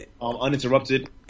Uninterrupted